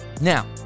Now